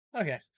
Okay